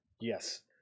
Yes